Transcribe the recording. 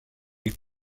les